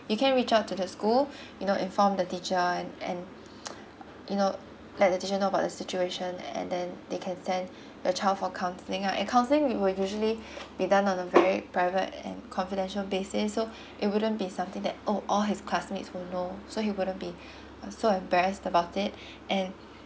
you can reach out to the school you know inform the teacher and and you know let the teacher know about the situation and then they can send your child for counselling lah and counselling we will usually be done on a very private and confidential basis so it wouldn't be something that oh all his classmates will know so he wouldn't be so embarrassed about it and